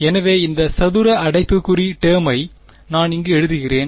எனவே இந்த சதுர அடைப்புக்குறி டெர்மை நான் இங்கு எழுதுகிறேன்